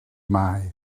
mae